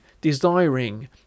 desiring